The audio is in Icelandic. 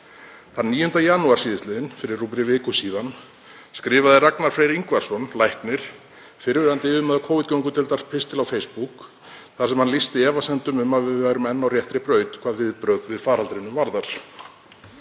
Þann 9. janúar síðastliðinn, fyrir rúmri viku, skrifaði Ragnar Freyr Ingvarsson læknir, fyrrverandi yfirmaður Covid-göngudeildar, pistil á Facebook þar sem hann lýsti efasemdum um að við værum enn á réttri braut hvað viðbrögð við faraldrinum varðar.